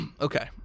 Okay